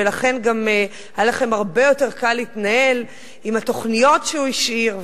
ולכן גם היה לכם הרבה יותר קל להתנהל עם התוכניות שהוא השאיר,